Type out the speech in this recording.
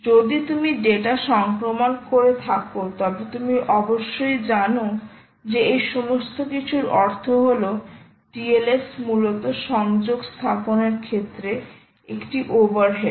যদি তুমি ডেটা সংক্রমণ করে থাকো তবে তুমি অবশ্যই জানো যে এই সমস্ত কিছুর অর্থ হলো TLS মূলত সংযোগ স্থাপনের ক্ষেত্রে একটি ওভারহেড